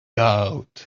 out